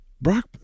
Brock